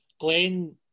Glenn